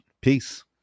Peace